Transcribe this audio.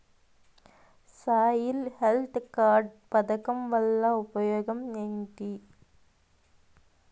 Soil health card పథకం వల్ల ఉపయోగం ఏంటి?